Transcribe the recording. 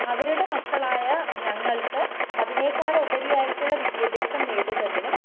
അവരുടെ മക്കളായ ഞങ്ങൾക്ക് അതിനേക്കാളുപരിയായിട്ടുള്ള വിദ്യാഭ്യാസം നേടുന്നതിനും